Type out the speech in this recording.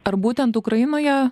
ar būtent ukrainoje